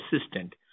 assistant